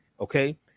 Okay